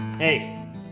Hey